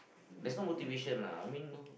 there's no motivation lah I mean